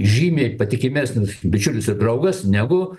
žymiai patikimesnis bičiulis ir draugas negu